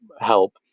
help